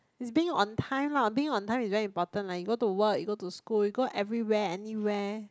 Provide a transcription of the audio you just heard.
it's being on time lah being on time is very important like you go to work you go to school you go everywhere anywhere